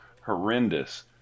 horrendous